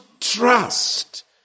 trust